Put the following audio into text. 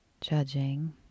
judging